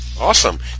Awesome